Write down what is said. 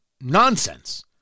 nonsense